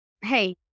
hey